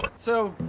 but so.